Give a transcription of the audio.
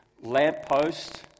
lamppost